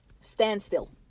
standstill